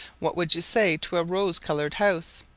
what would you say to a rose-coloured house,